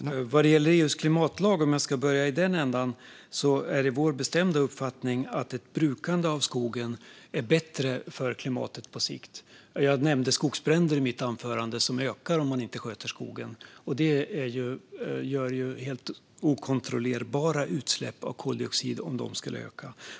Herr talman! Vad gäller EU:s klimatlag, om jag ska börja i den ändan, är det vår bestämda uppfattning att ett brukande av skogen är bättre för klimatet på sikt. Jag nämnde i mitt anförande skogsbränder, som ökar om man inte sköter skogen. Det skulle ju ge helt okontrollerbara utsläpp av koldioxid om de skulle öka.